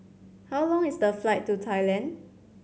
how long is the flight to Thailand